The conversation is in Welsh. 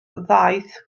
ddaeth